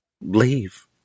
Leave